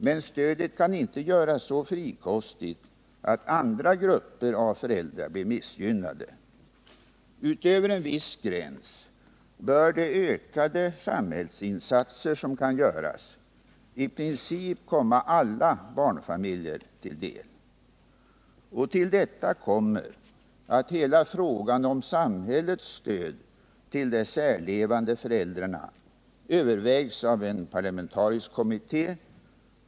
Men stödet kan inte göras så frikostigt att andra grupper av föräldrar blir missgynnade. Utöver en viss gräns bör de ökade samhällsinsatser som kan göras i princip komma alla barnfamiljer till del. Till detta kommer att hela frågan om samhällets stöd till de särlevande föräldrarna övervägs av en parlamentarisk kommitté.